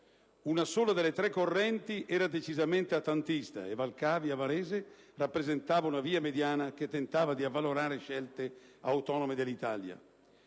Una sola delle tre correnti del PSDI era decisamente atlantista e Valcavi a Varese rappresentava una via mediana, che tentava di avvalorare scelte autonome dell'Italia.